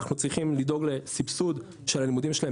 אנחנו צריכים לדאוג לסבסוד של הלימודים שלהם,